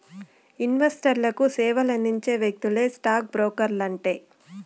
ఇన్వెస్టర్లకు సేవలందించే వ్యక్తులే స్టాక్ బ్రోకర్లంటే